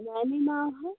میٛانی ناوٕ حظ